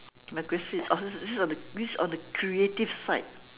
my question is oh this is on the this on the creative side